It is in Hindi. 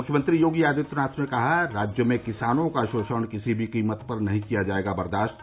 मुख्यमंत्री योगी आदित्यनाथ ने कहा कि राज्य में किसानों का शोषण किसी भी कीमत पर नहीं किया जायेगा बर्दाश्त